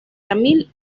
tamil